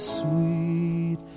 sweet